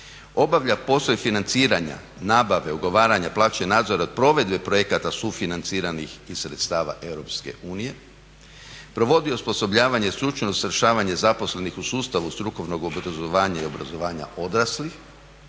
obavlja poslove financiranja, nabave, ugovaranja, plaće nadzor od provedbe projekata sufinanciranih iz sredstava EU, provodi osposobljavanje stručno usavršavanje zaposlenih u sustavu strukovnog obrazovanja i obrazovanja odraslih,